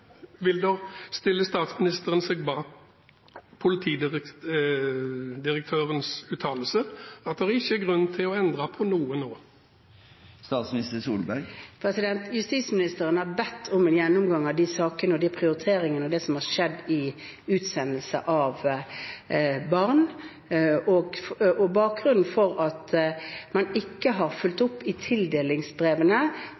statsministeren seg bak politidirektørens uttalelse om at det ikke er grunn til å endre noe nå? Justisministeren har bedt om en gjennomgang av de sakene, de prioriteringene og det som har skjedd i utsendelsen av barn, og bakgrunnen for at man ikke har fulgt